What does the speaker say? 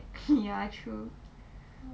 ya true